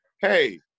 hey